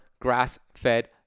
grass-fed